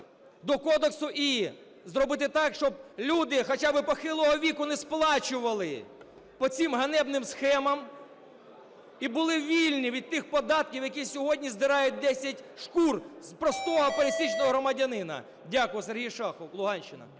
до Кодексу, і зробити так, щоб люди хоча би похилого віку не сплачували по цим ганебним схемам і були вільні від тих податків, які сьогодні здирають десять шкур з простого, пересічного громадянина. Дякую. Сергій Шахов, Луганщина.